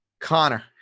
Connor